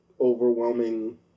overwhelming